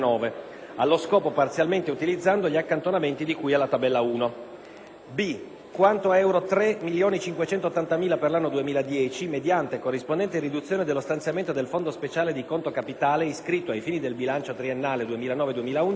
allo scopo parzialmente utilizzando gli accantonamenti di cui alla tabella 1; b) quanto a euro 3.580.000 per l'anno 2010, mediante corrispondente riduzione dello stanziamento del fondo speciale di conto capitale iscritto, ai fini del bilancio triennale 2009-2011,